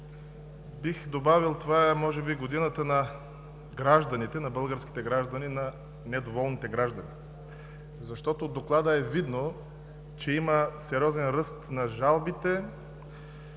бих добавил: това е, може би, годината на гражданите, на българските граждани, на недоволните граждани, защото от доклада е видно, че има сериозен ръст на жалбите